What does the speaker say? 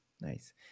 Nice